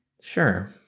Sure